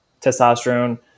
testosterone